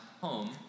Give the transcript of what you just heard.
home